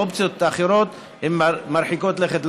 האופציות האחרות הן מרחיקות לכת,